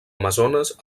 amazones